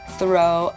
Throw